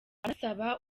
anasaba